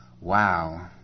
Wow